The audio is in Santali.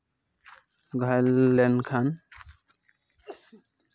ᱜᱷᱟᱭᱮᱞ ᱞᱮᱱᱠᱷᱟᱱ